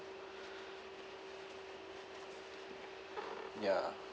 ya